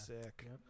Sick